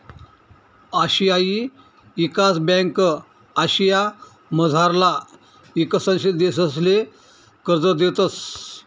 आशियाई ईकास ब्यांक आशियामझारला ईकसनशील देशसले कर्ज देतंस